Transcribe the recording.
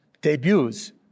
debuts